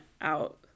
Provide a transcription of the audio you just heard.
out